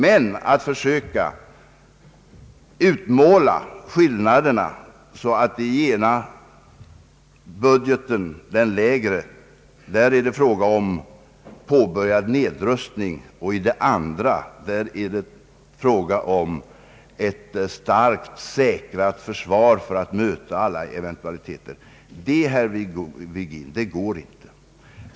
Men att försöka utmåla skillnaderna så att det i det lägre budgetförslaget är fråga om påbörjad nedrustning och i det andra ett starkt säkrat försvar för att möta alla eventualiteter, det går inte, herr Virgin.